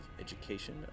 education